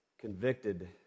convicted